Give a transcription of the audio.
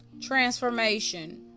Transformation